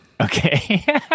Okay